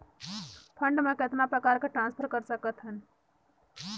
Fund मे कतना प्रकार से ट्रांसफर कर सकत हन?